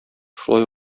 шулай